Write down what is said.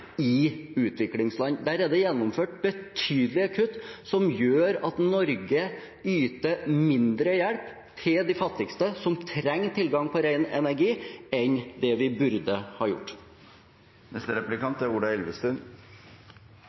i utviklingsland. Der er det gjennomført betydelige kutt som gjør at Norge yter mindre hjelp til de fattigste, som trenger tilgang på ren energi, enn det vi burde ha gjort.